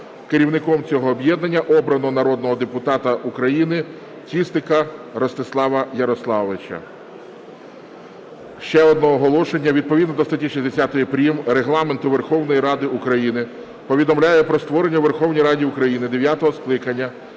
Керівником цього об'єднання обрано народного депутата України Тістика Ростислава Ярославовича. Ще одне оголошення. Відповідно до статті 60 прим. Регламенту Верховної Ради України повідомляю про створення у Верховній Раді України дев'ятого скликання